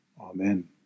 Amen